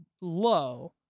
low